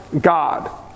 God